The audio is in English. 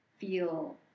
feel